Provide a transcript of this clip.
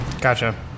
Gotcha